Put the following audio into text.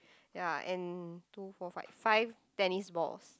ya and two four five five tennis balls